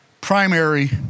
primary